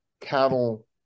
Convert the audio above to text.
cattle